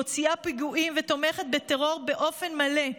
מוציאה פיגועים ותומכת בטרור באופן מלא.